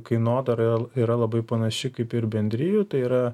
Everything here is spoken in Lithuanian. kainodara yra labai panaši kaip ir bendrijų tai yra